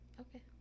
Okay